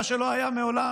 מה שלא היה מעולם,